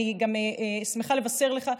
אני גם שמחה לבשר לך,